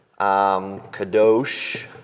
kadosh